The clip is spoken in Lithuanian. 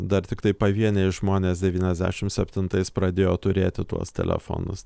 dar tiktai pavieniai žmonės devyniasdešim septintais pradėjo turėti tuos telefonus